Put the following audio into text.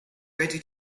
ready